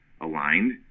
aligned